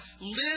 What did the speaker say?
Live